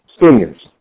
seniors